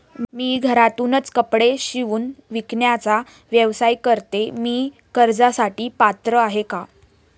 मी घरातूनच कपडे शिवून विकण्याचा व्यवसाय करते, मी कर्जासाठी पात्र आहे का?